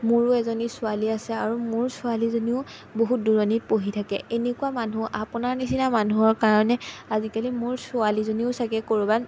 মোৰো এজনী ছোৱালী আছে আৰু মোৰ ছোৱালীজনীও বহুত দূৰণিত পঢ়ি থাকে এনেকুৱা মানুহ আপোনাৰ নিচিনা মানুহৰ কাৰণে আজিকালি মোৰ ছোৱালীজনীও চাগে ক'ৰবাত